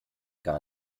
gar